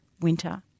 winter